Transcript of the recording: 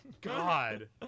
God